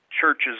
churches